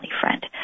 friend